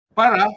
para